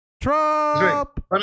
Trump